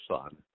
son